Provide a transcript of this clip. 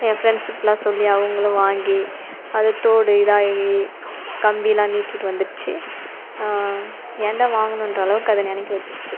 என் ஃப்ரெண்ட்ஸுக்கெலாம் சொல்லி அவர்களும் வாங்கி அது தோடு இதாகி கம்பியெல்லாம் நீட்டிகிட்டு வந்துடுச்சி ஏனடா வாங்கினோன்ற அளவுக்கு அது நினைக்க வச்சிட்சு